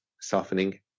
softening